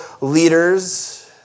leaders